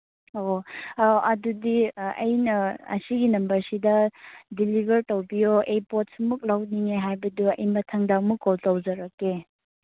ꯑꯣ ꯑꯧ ꯑꯗꯨꯗꯤ ꯑꯥ ꯑꯩꯅ ꯑꯁꯤꯒꯤ ꯅꯝꯕꯔꯁꯤꯗ ꯗꯤꯂꯤꯚꯔ ꯇꯧꯕꯤꯌꯣ ꯑꯩ ꯄꯣꯠ ꯁꯤꯃꯨꯛ ꯂꯧꯅꯤꯡꯉꯦ ꯍꯥꯏꯕꯗꯨ ꯑꯩ ꯃꯊꯪꯗ ꯑꯃꯨꯛ ꯀꯣꯜ ꯇꯧꯖꯔꯛꯀꯦ